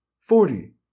forty